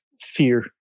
fear